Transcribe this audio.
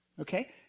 Okay